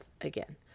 again